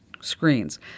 screens